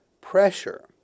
Pressure